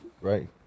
Right